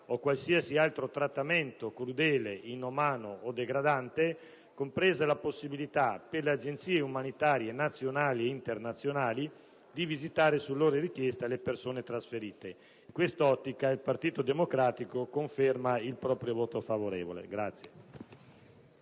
a qualsiasi altro trattamento crudele, inumano o degradante, compresa la possibilità per le agenzie umanitarie nazionali ed internazionali di visitare, su loro richiesta, le persone trasferite. In questa ottica il Partito Democratico conferma il proprio voto favorevole.